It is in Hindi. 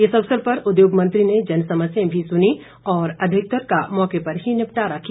इस अवसर पर उद्योग मंत्री ने जन समस्याएं भी सुनी और अधिकतर का मौके पर ही निपटारा किया